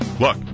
look